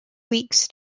weeks